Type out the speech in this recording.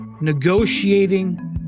negotiating